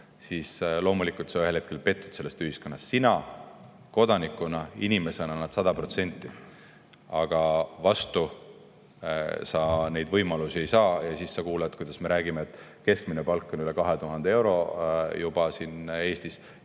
siis loomulikult sa ühel hetkel pettud selles ühiskonnas. Sina kodanikuna, inimesena, annad sada protsenti, aga vastu sa neid võimalusi ei saa. Ja siis sa kuuled, kuidas me räägime, et keskmine palk on üle 2000 euro juba siin Eestis,